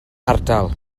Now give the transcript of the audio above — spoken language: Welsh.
ardal